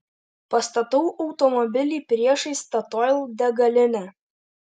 pastatau automobilį priešais statoil degalinę